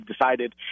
decided